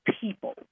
people